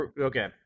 okay